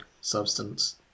substance